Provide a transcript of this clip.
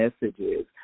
messages